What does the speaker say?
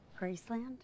Graceland